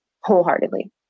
wholeheartedly